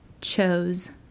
chose